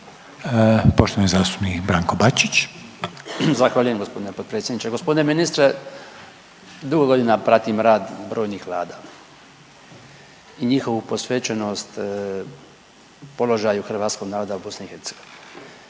Bačić. **Bačić, Branko (HDZ)** Zahvaljujem g. potpredsjedniče. Gospodine ministre dugo godina pratim rad brojnih vlada i njihovu posvećenost položaju hrvatskog naroda u BiH, i bez